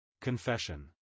Confession